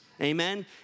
Amen